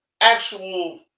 actual